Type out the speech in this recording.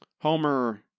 Homer